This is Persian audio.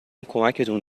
کمکتون